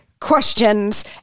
questions